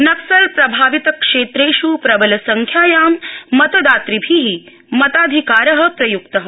नक्सलप्रभावितक्षेत्रेष् प्रबलसंख्यायां मतदातृभि मताधिकार प्रय्क्तः